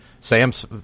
Sam's